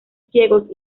ciegos